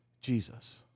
Jesus